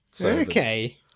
Okay